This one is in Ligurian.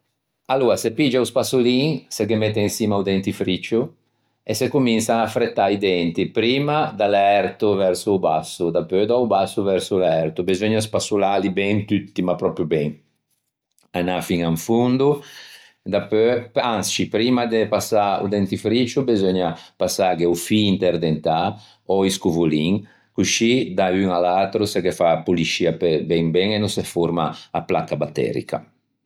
Aloa se piggia o spassolin, se ghe mette in çimma o dentifriccio e se cominsa a frettâ i denti, primma da l'ærto verso o basso, dapeu da-o basso verso l'ærto, beseugna spassolâli tutti ben ma pròpio ben. Anâ fiña in fondo, dapeu, ansci primma de passâ o dentifriccio beseugna primma passâghe o fî interdentâ ò i scovolin coscì da un à l'atro se ghe fa poliscia pe ben ben e no se forma a placca batterica.